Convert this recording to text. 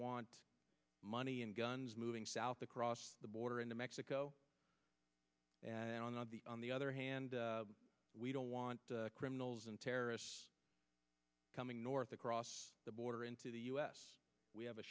want money and guns moving south across the border into mexico and on the on the other hand we don't want criminals and terrorists coming north across the border into the u s we have a